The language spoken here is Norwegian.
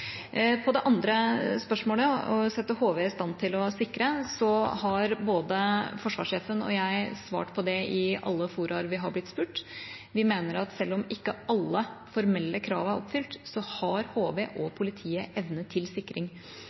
På det andre spørsmålet, om å sette HV i stand til å sikre, har både forsvarssjefen og jeg svart på det i alle fora vi har blitt spurt. Vi mener at selv om ikke alle formelle krav er oppfylt, så har HV og politiet evne til sikring.